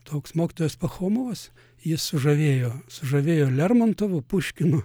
toks mokytojas pachomovas jis sužavėjo sužavėjo lermontovu puškinu